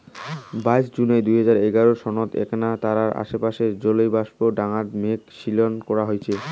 বাইশ জুলাই দুই হাজার এগারো সনত এ্যাকনা তারার আশেপাশে জলীয়বাষ্পর ডাঙর মেঘ শিজ্জন করা হইচে